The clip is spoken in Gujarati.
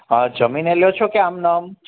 અ જમીને લ્યો છો કે એમ નેમ